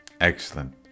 Excellent